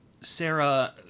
Sarah